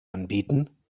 anbieten